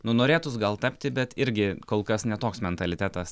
nu norėtųs gal tapti bet irgi kol kas ne toks mentalitetas